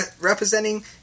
representing